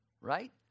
right